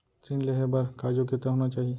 ऋण लेहे बर का योग्यता होना चाही?